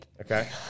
Okay